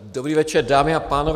Dobrý večer, dámy a pánové.